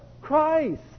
Christ